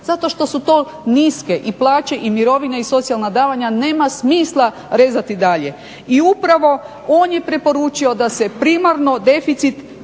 Zato što su to i niske plaće i mirovine i socijalna davanja. Nema smisla rezati dalje. I upravo on je preporučio da se primarno deficit